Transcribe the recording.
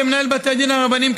כמנהל בתי הדין הרבניים,